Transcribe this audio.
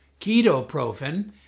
ketoprofen